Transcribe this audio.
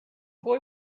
boy